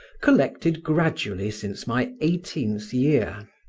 collected gradually since my eighteenth year.